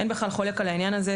אין בכלל חולק על העניין הזה.